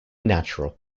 natural